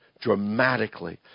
dramatically